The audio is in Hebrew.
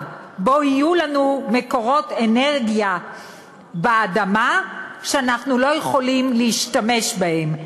שיהיו לנו מקורות אנרגיה באדמה שאנחנו לא יכולים להשתמש בהם.